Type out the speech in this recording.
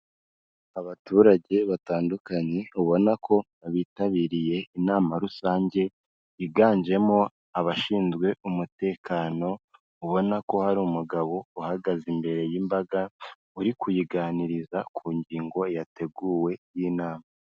Abaturage batandukanye ubona ko bitabiriye inama rusange yiganjemo abashinzwe umutekano, ubona ko hari umugabo uhagaze imbere y'imbaga uri kuyiganiriza ku ngingo yateguwe y'inama.